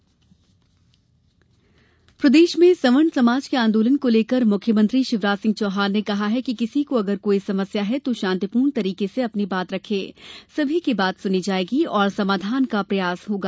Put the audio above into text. मुख्यमंत्री प्रदेश में सवर्ण समाज के आंदोलन को लेकर मुख्यमंत्री शिवराज सिंह चौहान ने कहा है कि किसी को अगर कोई समस्या है तो शांतिपूर्ण तरीके से बात रखे सभी की बात सुनी जाएगी और समाधान का प्रयास होगा